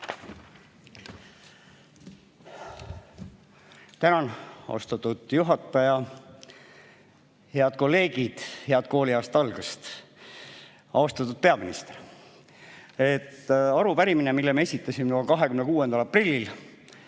Tänan, austatud juhataja! Head kolleegid, head kooliaasta algust! Austatud peaminister! Arupärimine, mille me esitasime juba 26. aprillil,